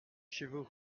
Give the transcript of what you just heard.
cheveux